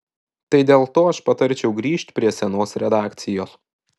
tai dėl to aš patarčiau grįžt prie senos redakcijos